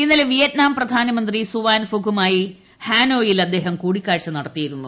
ഇന്നലെ വിയറ്റ്നാം പ്രധാനമന്ത്രി സുവാൻ ഫുക്കുമായി ഹനോയിൽ അദ്ദേഹം കൂടിക്കാഴ്ച നടത്തിയിരുന്നു